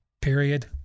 period